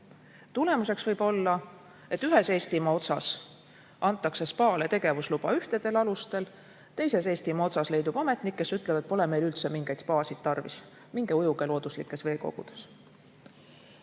Tulemuseks võib-olla, et ühes Eestimaa otsas antakse spaale tegevusluba ühtedel alustel, teises Eestimaa otsas leidub ametnik, kes ütleb, et pole meil üldse mingeid spaasid tarvis, minge ujuge looduslikes veekogudes.